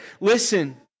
Listen